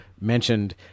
mentioned